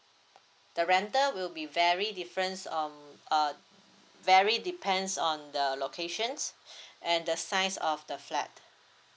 the rental will be very difference um err very depends on the locations and the size of the flat